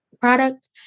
product